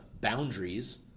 boundaries